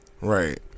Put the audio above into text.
right